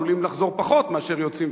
עלולים לחזור פחות מאשר יוצאים,